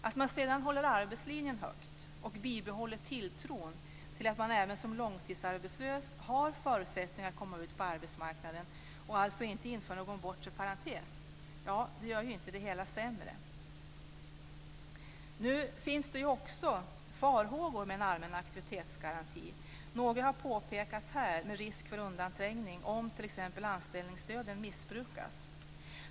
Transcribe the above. Att man sedan håller arbetslinjen högt och bibehåller tilltron till att även den som är långtidsarbetslös har förutsättningar att komma ut på arbetsmarknaden och alltså inte inför någon bortre parentes gör inte det hela sämre. Nu finns det ju också farhågor med en allmän aktivitetsgaranti. Några har påtalats här i och med risken för undanträngning om t.ex. anställningsstöden missbrukas.